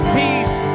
peace